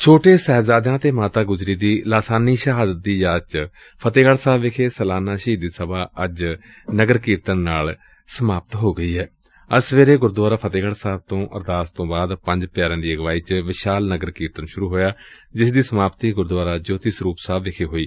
ਛੋਟੇ ਸਾਹਿਬਜ਼ਾਦਿਆਂ ਅਤੇ ਮਾਤਾ ਗੁਜਰੀ ਦੀ ਲਾਸਾਨੀ ਸ਼ਹਾਦਤ ਦੀ ਯਾਦ ਚ ਫਤਹਿਗਤ੍ਜ ਸਾਹਿਬ ਵਿਖੇ ਸਾਲਾਨਾ ਸ਼ਹੀਦੀ ਸਭਾ ਅੱਜ ਸਵੇਰੇ ਗੁਰਦੁਆਰਾ ਫਤਹਿਗੜ੍ ਸਾਹਿਬ ਤੋਂ ਅਰਦਾਸ ਤੋਂ ਬਾਅਦ ਪੰਜ ਪਿਆਰਿਆਂ ਦੀ ਅਗਵਾਈ ਚ ਵਿਸ਼ਾਲ ਨਗਰ ਕੀਰਤਨ ਸੁਰੂ ਹੋਇਆ ਜਿਸ ਦੀ ਸਮਾਪਤੀ ਗੁਰਦੁਆਰਾ ਜੋਤੀ ਸਰੂਪ ਸਾਹਿਬ ਵਿਖੇ ਹੋਈ